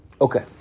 Okay